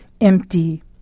empty